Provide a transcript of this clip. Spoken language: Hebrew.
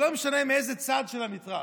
ולא משנה מאיזה צד של המתרס,